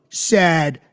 sad.